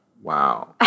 Wow